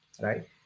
right